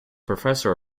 professor